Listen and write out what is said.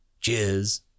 cheers